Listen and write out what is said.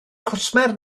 cwsmer